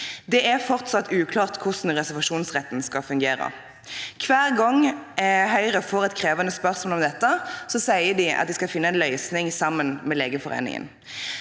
Det er fortsatt uklart hvordan reservasjonsretten skal fungere. Hver gang Høyre får et krevende spørsmål om dette, sier de at de skal finne en løsning sammen med Legeforeningen.